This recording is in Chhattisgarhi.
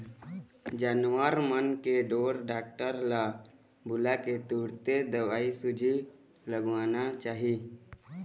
जानवर मन के ढोर डॉक्टर ल बुलाके तुरते दवईसूजी लगवाना चाही